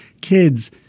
kids